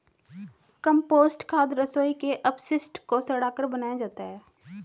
compost खाद रसोई के अपशिष्ट को सड़ाकर बनाया जाता है